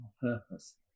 purpose